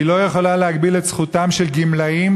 היא לא יכולה להגביל את זכותם של גמלאים